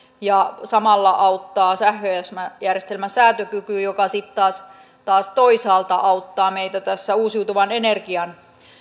ja samalla auttaa sähköjärjestelmän säätökykyä mikä sitten taas taas toisaalta auttaa meitä tässä uusiutuvan energian